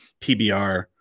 PBR